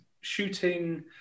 shooting